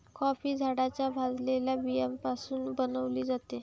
coffee झाडाच्या भाजलेल्या बियाण्यापासून बनविली जाते